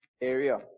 area